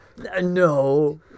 No